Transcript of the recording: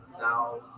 Now